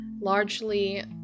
largely